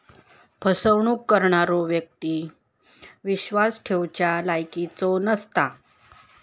फसवणूक करणारो व्यक्ती विश्वास ठेवच्या लायकीचो नसता